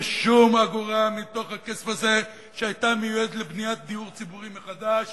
ושום אגורה מתוך הכסף הזה שהיתה מיועדת לבניית דיור ציבורי מחדש